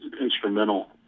instrumental